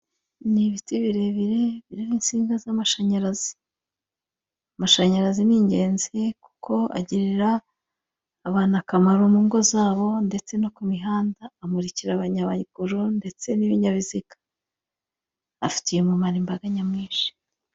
Ni ibiti birebire biriho insinga z'amashanyarazi, amashanyarazi ni ingenzi kuko agirira abantu akamaro mu ngo zabo ndetse no ku mihanda, amurikira abanyamaguru ndetse n'ibinyabiziga afitiye umumaro imbaga nyamwinshi.